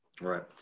Right